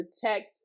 protect